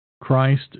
Christ